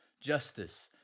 justice